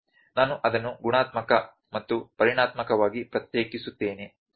ನಾನು ಅದನ್ನು ಗುಣಾತ್ಮಕ ಮತ್ತು ಪರಿಮಾಣಾತ್ಮಕವಾಗಿ ಪ್ರತ್ಯೇಕಿಸುತ್ತೇನೆ ಸರಿ